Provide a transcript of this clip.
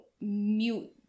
mute